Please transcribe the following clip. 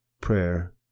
prayer